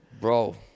Bro